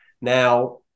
Now